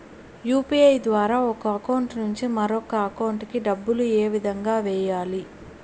UPI ద్వారా ఒక account నుంచి మరొక అకౌంట్ కి డబ్బులు ఏ విధంగా వెయ్యాలి